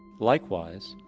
likewise,